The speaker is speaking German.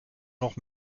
noch